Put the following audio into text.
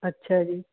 ਅੱਛਾ ਜੀ